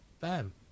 Bam